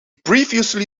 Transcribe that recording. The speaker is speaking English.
previously